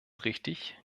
richtig